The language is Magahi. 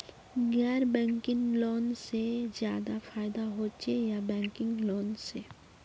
गैर बैंकिंग लोन से ज्यादा फायदा होचे या बैंकिंग लोन से?